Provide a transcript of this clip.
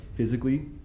physically